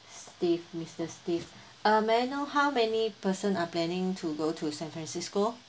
steve mister steve uh may I know how many person are planning to go to san francisco